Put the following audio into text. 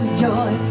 joy